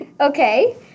Okay